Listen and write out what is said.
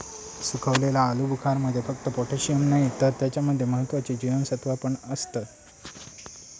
सुखवलेल्या आलुबुखारमध्ये फक्त पोटॅशिअम नाही तर त्याच्या मध्ये महत्त्वाची जीवनसत्त्वा पण असतत